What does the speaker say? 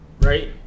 right